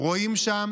רואים שם